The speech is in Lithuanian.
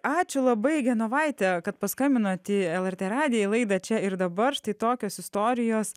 ačiū labai genovaite kad paskambinot į lrt radiją į laidą čia ir dabar štai tokios istorijos